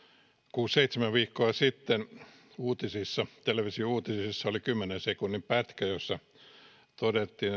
kuusi viiva seitsemän viikkoa sitten televisiouutisissa oli kymmenen sekunnin pätkä jossa todettiin